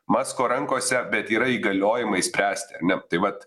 musko rankose bet yra įgaliojimai spręsti ar ne tai vat